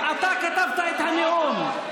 אתה כתבת את הנאום.